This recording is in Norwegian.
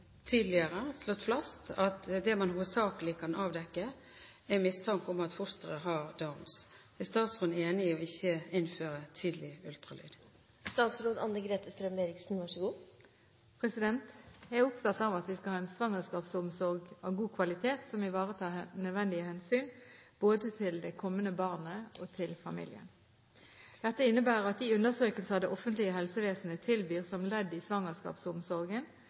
tidligere slått fast at det man hovedsakelig kan avdekke, er mistanke om at fosteret har Downs. Er statsråden enig i ikke å innføre tidlig ultralyd?» Jeg er opptatt av at vi skal ha en svangerskapsomsorg av god kvalitet, som ivaretar nødvendige hensyn både til det kommende barnet og til familien. Dette innebærer at de undersøkelser det offentlige helsevesenet tilbyr som ledd i svangerskapsomsorgen,